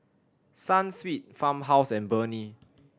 Sunsweet Farmhouse and Burnie